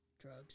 drugs